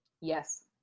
Yes